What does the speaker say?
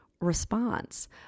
response